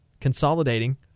Consolidating